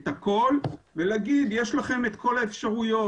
את הכול ולהגיד שיש לכם את כל האפשרויות.